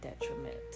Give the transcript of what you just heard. detriment